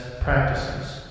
practices